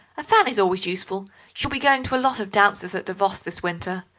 a fan is always useful she'll be going to a lot of dances at davos this winter.